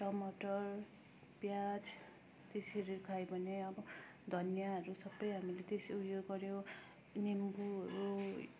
टमाटर प्याज त्यसरी खायो भने अब धनियाँहरू सबै हामीले त्यस उयो गर्यो निम्बुहरू